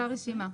אותה רשימה.